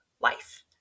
life